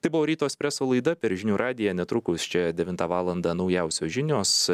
tai buvo ryto espreso laida per žinių radiją netrukus čia devintą valandą naujausios žinios